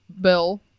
bill